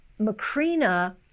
Macrina